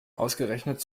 ausgerechnet